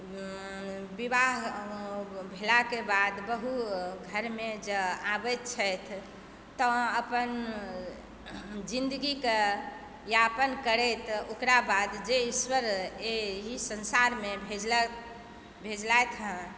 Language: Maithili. विवाह भेलाके बाद बहु घरमे जे आबैत छथि तऽ अपन जिन्दगी कऽ यापन करैत ओकरा बाद जे ईश्वर एहि संसारमे भेजलक भेजलथि हँ